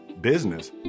Business